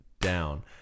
down